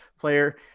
player